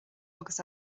agus